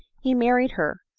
he married her,